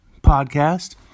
podcast